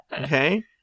okay